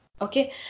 okay